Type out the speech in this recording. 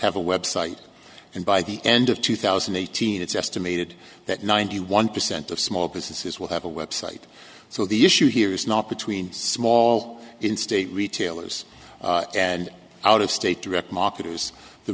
have a website and by the end of two thousand and eighteen it's estimated that ninety one percent of small businesses will have a website so the issue here is not between small in state retailers and out of state direct marketers the